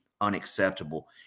unacceptable